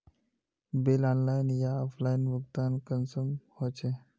Bill online आर offline भुगतान कुंसम होचे?